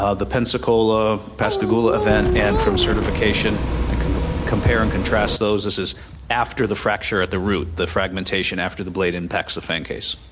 ah the pensacola pascagoula event, and from certification and kind of compare and contrast those, this is after the fracture at the root, the fragmentation after the blade impacts the fan case.